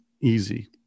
easy